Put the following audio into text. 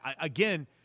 Again